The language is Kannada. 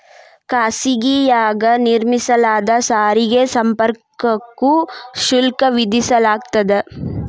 ಖಾಸಗಿಯಾಗಿ ನಿರ್ಮಿಸಲಾದ ಸಾರಿಗೆ ಸಂಪರ್ಕಕ್ಕೂ ಶುಲ್ಕ ವಿಧಿಸಲಾಗ್ತದ